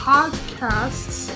Podcasts